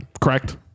correct